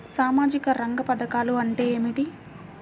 సామాజిక రంగ పధకాలు అంటే ఏమిటీ?